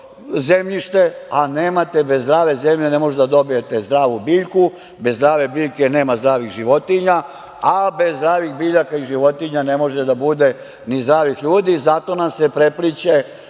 a bez zdrave zemlje ne možete da dobijete zdravu biljku, bez zdrave biljke nema zdravih životinja, a bez zdravih biljaka i životinja ne može da bude ni zdravih ljudi. Zato nam se prepliće